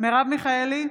מרב מיכאלי,